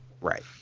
Right